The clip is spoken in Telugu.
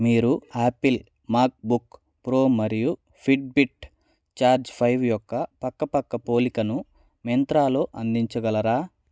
మీరు ఆపిల్ మాక్బుక్ ప్రో మరియు ఫిట్బిట్ ఛార్జ్ ఫైవ్ యొక్క పక్కపక్క పోలికను మింత్రాలో అందించగలరా